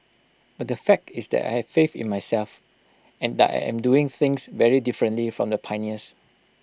but the fact is that I have faith in myself and that I am doing things very differently from the pioneers